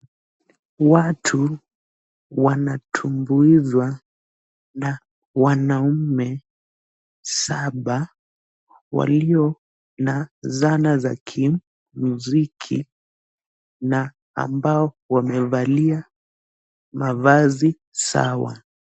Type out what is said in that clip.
Watu wanatumbuizwa na wanaume saba walio na zana za kimziki na ambao wamevalia mavazi sawa.